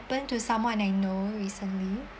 to someone I know recently